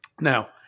Now